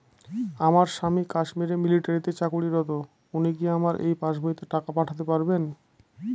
আমার স্বামী কাশ্মীরে মিলিটারিতে চাকুরিরত উনি কি আমার এই পাসবইতে টাকা পাঠাতে পারবেন?